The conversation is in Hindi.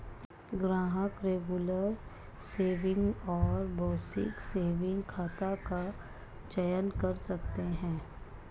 ग्राहक रेगुलर सेविंग और बेसिक सेविंग खाता का चयन कर सकते है